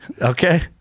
Okay